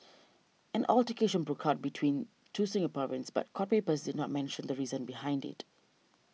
an altercation broke out between two Singaporeans but court papers did not mentioned the reason behind it